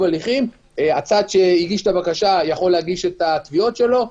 ההליכים הצד שהגיש את הבקשה יכול להגיש את התביעות שלו.